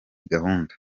gahunda